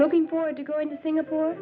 looking forward to going to singapore